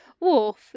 Wolf